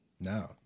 No